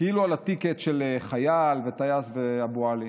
כאילו על הטיקט של חייל וטייס ואבו עלי,